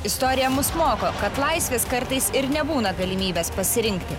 istorija mus moko kad laisvės kartais ir nebūna galimybės pasirinkti